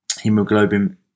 hemoglobin